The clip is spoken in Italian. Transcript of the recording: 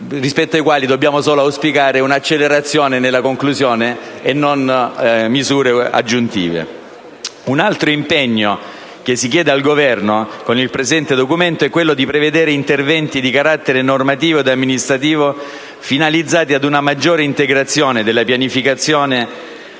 rispetto ai quali dobbiamo solo auspicare un'accelerazione nella conclusione e non misure aggiuntive. Un altro impegno che si chiede al Governo con il presente ordine del giorno è quello di prevedere interventi di carattere normativo ed amministrativo finalizzati ad una maggiore integrazione della pianificazione